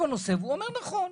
הוא אומר נכון: